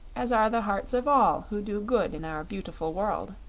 as are the hearts of all who do good in our beautiful world.